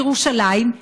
בירושלים,